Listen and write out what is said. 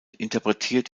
interpretiert